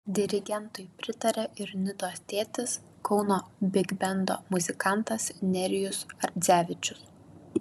dirigentui pritarė ir nidos tėtis kauno bigbendo muzikantas nerijus ardzevičius